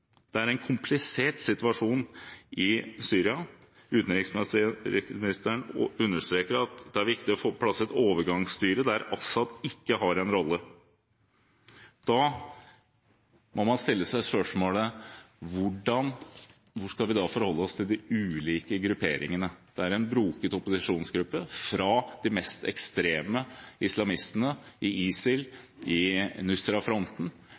Det er en komplisert situasjon i Syria. Utenriksministeren understreker at det er viktig å få på plass et overgangsstyre der Assad ikke har en rolle. Da må man stille seg spørsmålet: Hvordan skal vi da forholde oss til de ulike grupperingene? Det er en broket opposisjonsgruppe, fra de mest ekstreme islamistene i ISIL og Nusrafronten